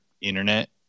internet